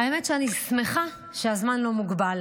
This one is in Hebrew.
האמת, אני שמחה שהזמן לא מוגבל